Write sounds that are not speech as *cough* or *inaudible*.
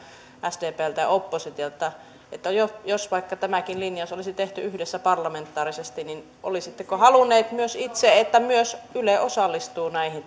sdpltä ja oppositiolta jos vaikka tämäkin linjaus olisi tehty yhdessä parlamentaarisesti olisitteko halunneet myös itse että myös yle osallistuu näihin *unintelligible*